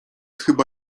chyba